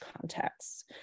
contexts